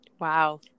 Wow